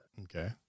Okay